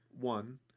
one